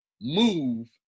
move